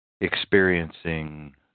experiencing